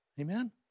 amen